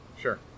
Sure